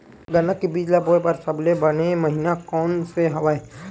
गन्ना के बीज ल बोय बर सबले बने महिना कोन से हवय?